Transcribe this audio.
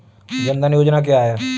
जनधन योजना क्या है?